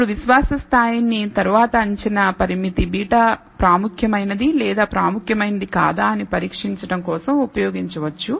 ఇప్పుడు విశ్వాస స్థాయిని తరువాత అంచనా పరామితి β ప్రాముఖ్యమైనది లేదా ప్రాముఖ్యమైనది కాదా అని పరీక్షించడం కోసం ఉపయోగించవచ్చు